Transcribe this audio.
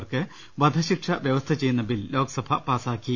work വധശിക്ഷ വൃവസ്ഥ ചെയ്യുന്ന ബിൽ ലോക്സഭ പാസ്സാക്കി